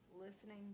listening